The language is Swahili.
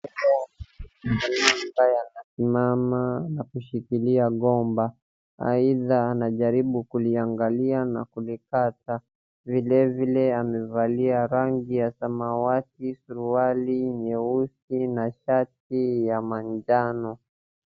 Hapo kuna mwanaume ambaye anasimama na kushikilia gomba, aidha anajaribu kuliangalia na kulikata, vilevile amevalia rangi ya samawati, suruali nyeusi na shati ya manjano.